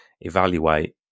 evaluate